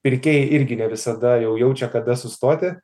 pirkėjai irgi ne visada jau jaučia kada sustoti